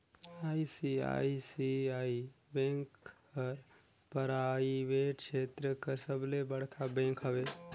ICICI bank हर private छेत्र कर सबले बड़खा बेंक हवे